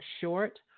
short